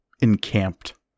encamped